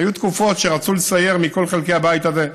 היו תקופות שרצו לסייר מכל חלקי הבית הזה.